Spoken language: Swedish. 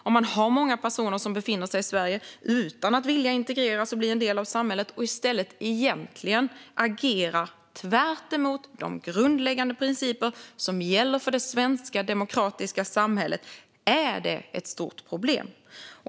Om man har många personer som befinner sig i Sverige utan att vilja integreras och bli en del av samhället och i stället egentligen agerar tvärtemot de grundläggande principer som gäller för det svenska demokratiska samhället är det ett stort problem.